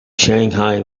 shanghai